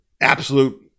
absolute